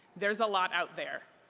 there's a lot out there.